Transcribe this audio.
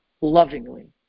lovingly